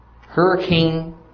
Hurricane